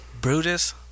Brutus